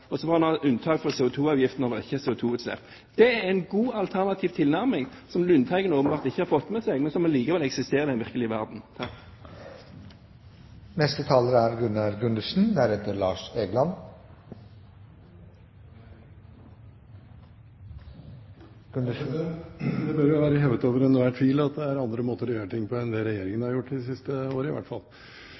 drivstoff. Så får en ha unntak for CO2-avgifter når det ikke er CO2-utslipp. Det er en god alternativ tilnærming som Lundteigen åpenbart ikke har fått med seg, men som likevel eksisterer i den virkelige verden. Det bør vel være hevet over enhver tvil at det er andre måter å gjøre ting på enn det Regjeringen har gjort det siste året, i hvert fall.